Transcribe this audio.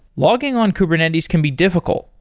logging on kubernetes can be difficult,